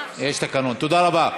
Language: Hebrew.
תודה רבה.